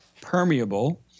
permeable